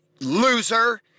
loser